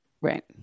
right